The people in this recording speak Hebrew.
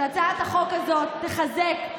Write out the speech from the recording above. שהצעת החוק הזאת תחזק,